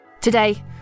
Today